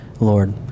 Lord